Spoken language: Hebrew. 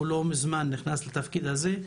הוא לא מזמן נכנס לתפקיד הזה,